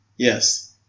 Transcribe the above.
Yes